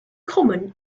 common